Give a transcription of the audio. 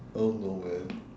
I don't know man